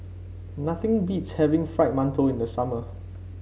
nothing beats having Fried Mantou in the summer